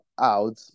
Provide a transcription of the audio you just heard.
out